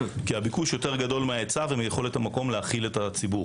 כי הביקוש גדול יותר מן ההיצע ומיכולת המקום להכיל את הציבור.